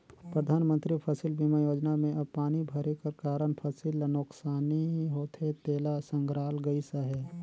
परधानमंतरी फसिल बीमा योजना में अब पानी भरे कर कारन फसिल ल नोसकानी होथे तेला संघराल गइस अहे